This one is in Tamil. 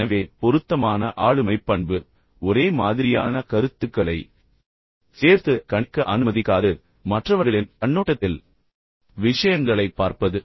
எனவே பொருத்தமான ஆளுமைப் பண்பு ஒரே மாதிரியான கருத்துக்களை சேர்த்து கணிக்க அனுமதிக்காது பின்னர் மற்றவர்களின் கண்ணோட்டத்தில் விஷயங்களைப் பார்ப்பது